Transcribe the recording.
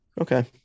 Okay